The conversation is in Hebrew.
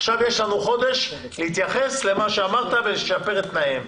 עכשיו יש לנו חודש להתייחס למה שאמרת ולשפר את תנאיהם.